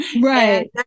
Right